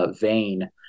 vein